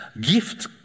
gift